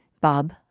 Bob